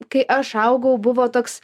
kai aš augau buvo toks